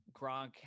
Gronk